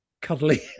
cuddly